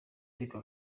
ariko